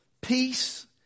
Peace